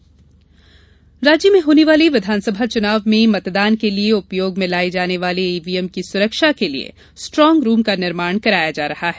निर्वाचन आयोग राज्य में होने वाले विधानसभा चुनाव में मतदान के लिए उपयोग में लाई जाने वाली ईवीएम की सुरक्षा के लिए स्ट्रॉग रूम का निर्माण कराया जा रहा है